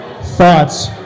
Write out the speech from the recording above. thoughts